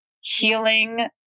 healing